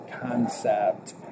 concept